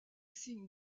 signe